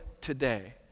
today